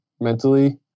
mentally